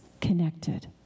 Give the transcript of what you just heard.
connected